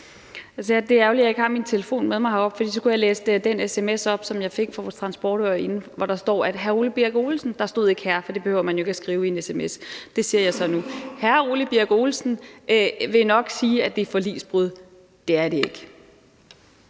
Det er ærgerligt, at jeg ikke har taget min telefon med mig herop, for så kunne jeg læse den sms op, som jeg fik fra vores transportordfører inden, hvor der står, at hr. Ole Birk Olesen – der stod ikke »hr.«, for det behøver man jo ikke at skrive i en sms, men det siger jeg så nu – nok vil sige, at det er forligsbrud. Det er det ikke.